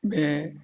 में